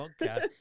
Podcast